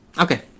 okay